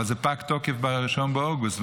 אבל פג התוקף ב-1 באוגוסט,